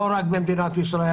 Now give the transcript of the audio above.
לא רק במדינת ישראל,